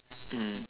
mm